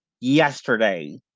yesterday